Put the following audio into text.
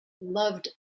loved